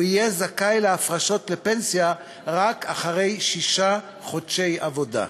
הוא יהיה זכאי להפרשות לפנסיה רק אחרי שישה חודשי עבודה.